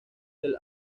del